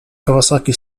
kawasaki